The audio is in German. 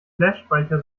flashspeicher